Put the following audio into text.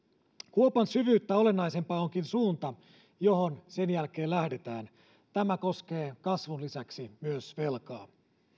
kuopan syvyyttä olennaisempaa onkin suunta johon sen jälkeen lähdetään tämä koskee kasvun lisäksi myös velkaa